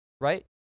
right